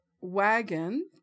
wagon